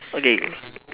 okay